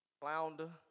flounder